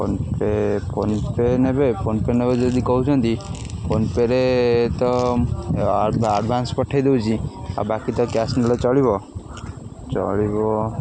phone pay PhonePe ନେବେ PhonePe ନେବେ ଯଦି କହୁଛନ୍ତି ଫୋନ୍ ପେ'ରେ ତ ଆଡ଼୍ଭାନ୍ସ ପଠେଇ ଦେଉଛି ଆଉ ବାକି ତ କ୍ୟାସ୍ ନେଲେ ଚଳିବ ଚଳିବ